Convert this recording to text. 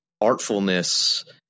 artfulness